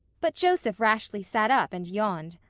but joseph rashly sat up and yawned.